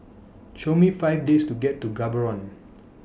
Show Me five ways to get to Gaborone